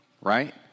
right